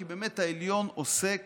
כי באמת העליון עוסק